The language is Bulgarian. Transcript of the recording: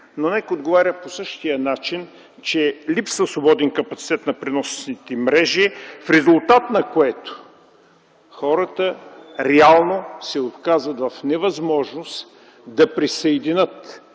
но НЕК отговаря по същия начин, че липсва свободен капацитет на преносните мрежи, в резултат на което хората реално се оказват в невъзможност да присъединят